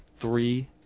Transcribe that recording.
three